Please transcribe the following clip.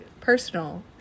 personal